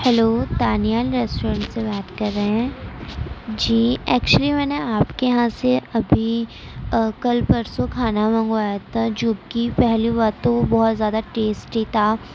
hello تانیال restaurant سے بات کر رہے ہیں جی ایکچولی میں نے آپ کے یہاں سے ابھی کل پرسوں کھانا منگوایا تھا جو کہ پہلی بات تو وہ بہت زیادہ ٹیسٹی تھا